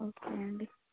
okay అండి